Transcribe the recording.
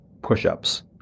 push-ups